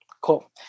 Cool